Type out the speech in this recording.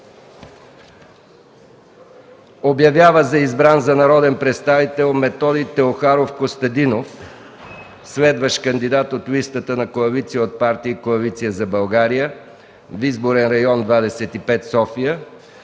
Обявява за избран за народен представител Методи Теохаров Костадинов, следващ кандидат от листата на КП „Коалиция за България” в изборен район 25. София